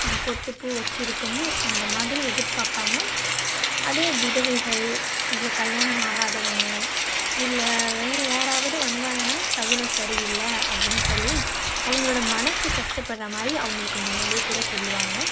பொட்டு பூ வெச்சுருக்கணும் அந்த மாதிரி எதிர்பார்ப்பாங்க அதே விதவைகள் இல்லை கல்யாணம் ஆகாதவங்க இல்லை வேறு யாராவது வந்தாங்கன்னா சகுனம் சரி இல்லை அப்படின் சொல்லி அவங்களோட மனசு கஷ்டப்படுற மாதிரி அவங்களுக்கு முன்னாடியே கூட சொல்லுவாங்க